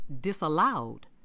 disallowed